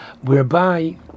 whereby